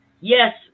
yes